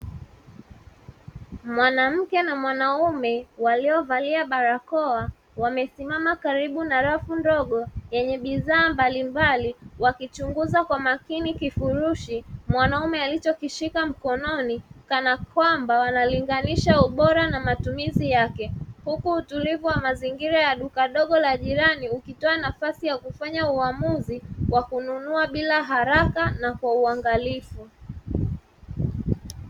Mwanamke na mwanaume waliovalia barakoa wamesimama karibu na rafu ndogo yenye bidhaa mbalimbali wakichunguza kwa makini kifurushi mwanaume alichokishika mkononi kana kwamba wanalinganisha ubora na matumizi yake, huku utulivu wa mazingira ya duka dogo la jirani ukitoa nafasi ya kufanya uamuzi wa kunua bila haraka na kwa uangalifu.